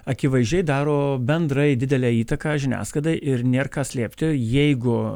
akivaizdžiai daro bendrai didelę įtaką žiniasklaidai ir nėr ką slėpti jeigu